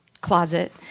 closet